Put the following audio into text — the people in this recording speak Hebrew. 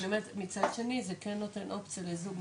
לא אבל באמת מצד שני, זה כן נותן אופציה לזוג.